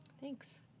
thanks